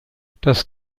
das